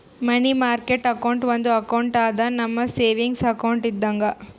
ಮನಿ market account ಒಂದು account ಅದಾ, ನಮ್ ಸೇವಿಂಗ್ಸ್ ಅಕೌಂಟ್ ಇದ್ದಂಗ